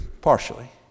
partially